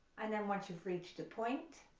and then once you've reached a point